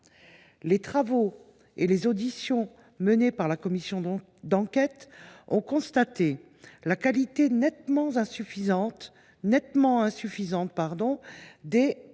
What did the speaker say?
Les travaux et les auditions menés par la commission d’enquête ont démontré la qualité nettement insuffisante des plans